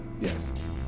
Yes